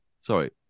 Sorry